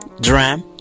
dram